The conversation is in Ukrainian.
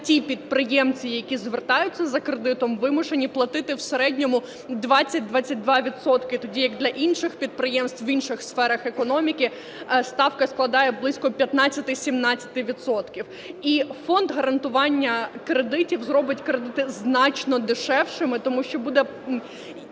ті підприємці, які звертаються за кредитом, вимушені платити в середньому 20-22 відсотки, тоді як для інших підприємств в інших сферах економіки ставка складає близько 15-17 відсотків. І Фонд гарантування кредитів зробить кредити значно дешевшими, тому що буде